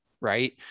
Right